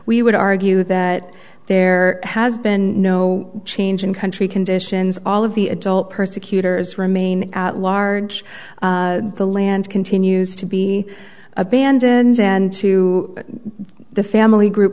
we would argue that there has been no change in country conditions all of the adult persecutors remain at large the land continues to be abandoned and to the family group